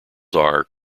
are